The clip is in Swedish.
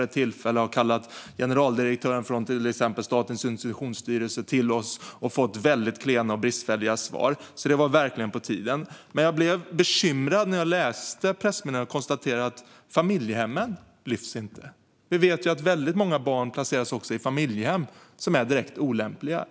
Vi har till exempel kallat generaldirektören för Statens institutionsstyrelse till oss och fått väldigt klena och bristfälliga svar. Det var alltså verkligen på tiden. När jag läste pressmeddelandet blev jag dock bekymrad då jag konstaterade att familjehem inte lyfts fram. Vi vet att många barn placeras i familjehem som är direkt olämpliga.